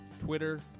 Twitter